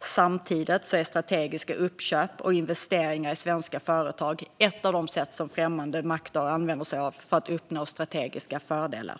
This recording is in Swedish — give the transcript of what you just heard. Samtidigt är strategiska uppköp och investeringar i svenska företag ett av de sätt som främmande makter använder sig av för att uppnå strategiska fördelar.